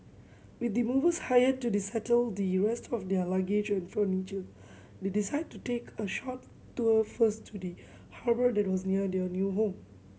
with the movers hired to the settle the rest of their luggage and furniture they decided to take a short tour first to the harbour that was near their new home